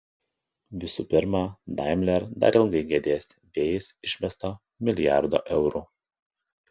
visų pirma daimler dar ilgai gedės vėjais išmesto milijardo eurų